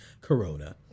corona